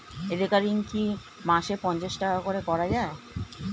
Recurring কি মাসে পাঁচশ টাকা করে করা যায়?